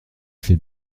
fait